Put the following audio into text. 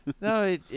No